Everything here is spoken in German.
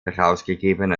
herausgegeben